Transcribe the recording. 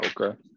okay